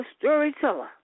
storyteller